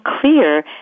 clear